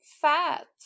fat